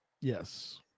Yes